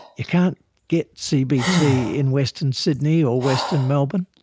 you can't get cbt in western sydney or western melbourne.